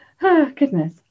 goodness